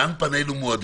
לאן פנינו מועדות,